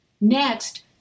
Next